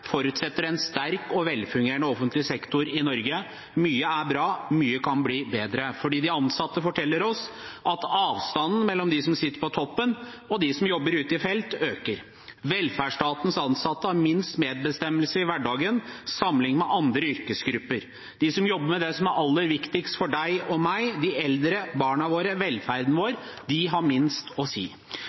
forutsetter det en sterk og velfungerende offentlig sektor i Norge. Mye er bra – mye kan bli bedre. De ansatte forteller oss at avstanden mellom dem som sitter på toppen, og dem som jobber ute i felt, øker. Velferdsstatens ansatte har minst medbestemmelse i hverdagen sammenlignet med andre yrkesgrupper. De som jobber med det som er aller viktigst for deg og meg – de eldre, barna våre, velferden vår – har minst å si.